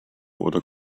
oder